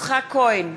יצחק כהן,